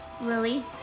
Lily